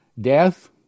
Death